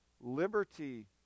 liberty